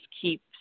keep